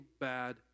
bad